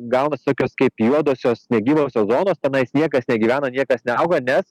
gaunas tokios kaip juodosios negyvosios zonos tenais niekas negyvena niekas neauga nes